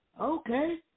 Okay